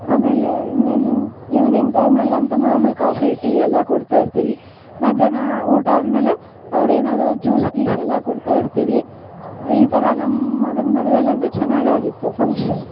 ಅಮೇಲೆ ಇನ್ನೇನು ಇವ್ನಿಂಗ್ ಟೈಮ್ನಲ್ಲಿ ಅಂತು ಮಾಮೂಲ್ ಕಾಫಿ ಟೀ ಎಲ್ಲ ಕೊಡ್ತಾಯಿರ್ತೀವಿ ಮಧ್ಯಾಹ್ನ ಊಟ ಆದಮೇಲೆ ಅವ್ರು ಏನಾದರು ಜ್ಯೂಸ್ ಗೀಸ್ ಎಲ್ಲ ಕೊಡ್ತಾಯಿರ್ತೀವಿ ಈ ಥರ ನಮ್ಮ ಮಗನ ಮದುವೆಲಂತು ಚೆನ್ನಾಗಾಗಿತ್ತು ಫಂಕ್ಷನ್